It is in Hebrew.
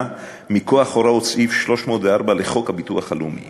מכוח הוראות סעיף 304 לחוק הביטוח הלאומי